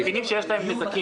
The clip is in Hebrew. אנחנו מבינים שיש להם נזקים,